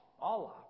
Allah